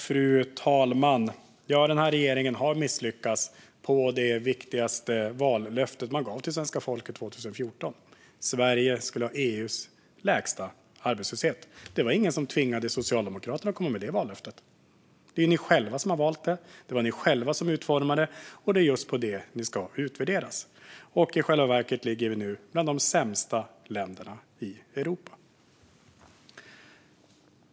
Fru talman! Den här regeringen har misslyckats på det viktigaste vallöfte som man gav till svenska folket 2014: Sverige skulle ha EU:s lägsta arbetslöshet. Det var ingen som tvingade Socialdemokraterna att komma med det vallöftet. Det var ni själva som valde det, det var ni själva som utformade det och det är just på det som ni ska utvärderas. I själva verket är vi nu bland de sämsta länderna i Europa.